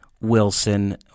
Wilson